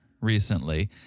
recently